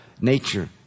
nature